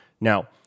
Now